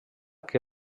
que